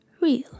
real